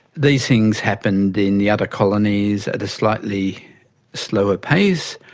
these things happened in the other colonies at a slightly slower pace,